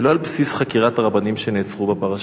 ולא על בסיס חקירת הרבנים שנעצרו בפרשה.